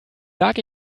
sag